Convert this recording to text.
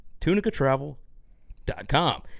tunicatravel.com